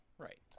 Right